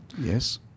Yes